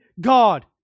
God